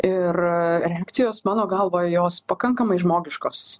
ir reakcijos mano galva jos pakankamai žmogiškos